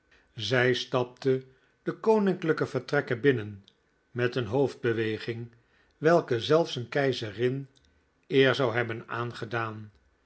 zij stapte de koninklijke vertrekken binnen met een hoofdbeweging welke zelfs een keizerin eer zou hebben aangedaan